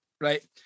right